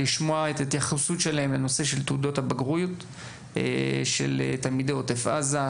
לשמוע את ההתייחסות שלהם לנושא של תעודות הבגרות של תלמידי עוטף עזה,